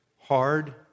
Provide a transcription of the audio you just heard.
hard